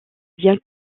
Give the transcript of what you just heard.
bien